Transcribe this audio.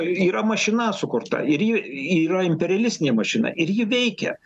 yra mašina sukurta ir ji yra imperialistinė mašina ir ji veikia